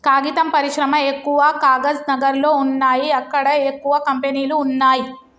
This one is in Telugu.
కాగితం పరిశ్రమ ఎక్కవ కాగజ్ నగర్ లో వున్నాయి అక్కడ ఎక్కువ కంపెనీలు వున్నాయ్